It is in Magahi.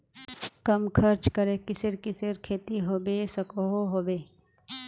कम खर्च करे किसेर किसेर खेती होबे सकोहो होबे?